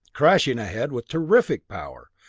crashing ahead with terrific power,